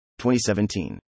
2017